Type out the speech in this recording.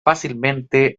fácilmente